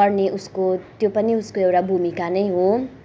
गर्ने उसको त्यो पनि उसको एउटा भूमिका नै हो